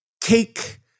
cake